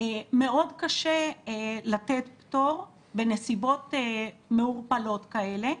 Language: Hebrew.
מאוד קשה לתת פטור בנסיבות מעורפלות כאלה,